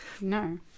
no